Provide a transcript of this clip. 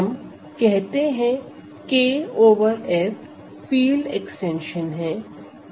हम कहते हैं K over F field extension है